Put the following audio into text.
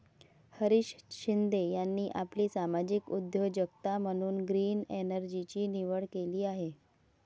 हरीश शिंदे यांनी आपली सामाजिक उद्योजकता म्हणून ग्रीन एनर्जीची निवड केली आहे